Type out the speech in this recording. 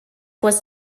was